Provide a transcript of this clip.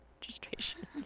registration